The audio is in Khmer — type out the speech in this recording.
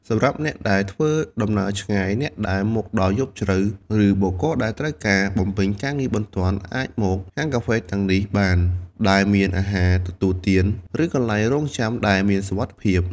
សម្រាប់អ្នកដែលធ្វើដំណើរឆ្ងាយ អ្នកដែលមកដល់យប់ជ្រៅ ឬបុគ្គលដែលត្រូវការបំពេញការងារបន្ទាន់អាចមក ហាងកាហ្វេទាំងនេះបាន ដែលមានអាហារទទួលទាន ឬកន្លែងរង់ចាំដែលមានសុវត្ថិភាព។